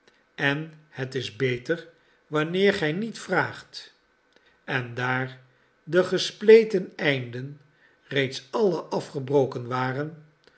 en het is beter wanneer gij niet vraagt en daar de gespleten einden reeds alle afgebroken waren